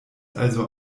also